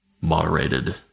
moderated